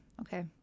Okay